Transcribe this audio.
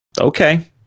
Okay